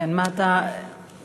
מה אתה מציע?